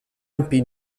ampi